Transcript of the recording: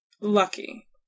lucky